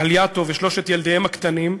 גלייטו, ושלושת ילדיהם הקטנים.